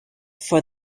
for